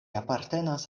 apartenas